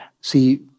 see